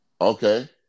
Okay